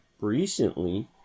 recently